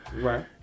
Right